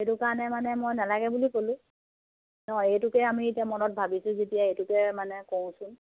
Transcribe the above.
সেইটো কাৰণে মানে মই নেলাগে বুলি ক'লোঁ অঁ সেইটোকে আমি এতিয়া মনত ভাবিছোঁ যেতিয়া এইটোকে মানে কৰোঁচোন